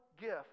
gift